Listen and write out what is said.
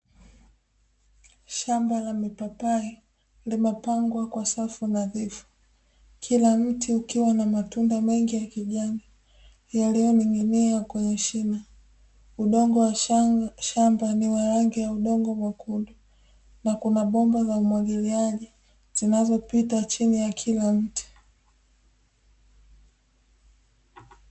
Shamba la mipapai limepangwa kwa safu nadhifu kila mti ukiwa na matunda mengi ya kijani yaliyo na mimea kwenye shina, udongo wa shamba ni wa rangi ya udongo mwekundu na kuna bomba za umwagiliaji zinazopita chini ya kila mti.